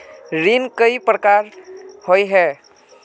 ऋण कई प्रकार होए है?